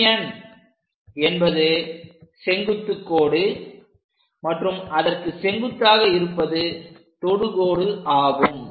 MN என்பது செங்குத்துக் கோடு மற்றும் அதற்கு செங்குத்தாக இருப்பது தொடுகோடு ஆகும்